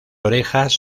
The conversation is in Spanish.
orejas